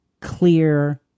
clear